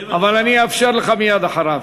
אבל אני אאפשר לך מייד אחריו.